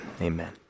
amen